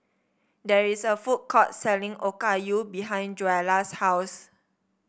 there is a food court selling Okayu behind Joella's house